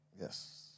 Yes